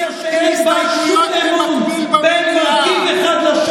הסתייגויות במקביל במליאה,